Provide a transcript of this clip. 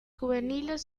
juveniles